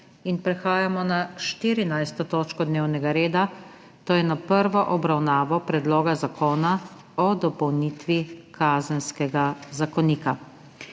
s prekinjeno **14. točko dnevnega reda, to je s prvo obravnavo Predloga zakona o dopolnitvi Kazenskega zakonika.**